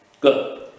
Good